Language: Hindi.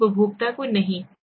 उपभोक्ता नहीं है